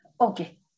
Okay